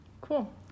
cool